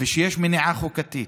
שיש מניעה חוקתית,